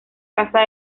casa